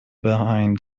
behind